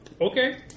Okay